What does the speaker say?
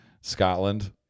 Scotland